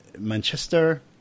Manchester